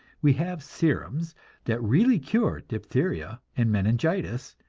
we have serums that really cure diphtheria and meningitis,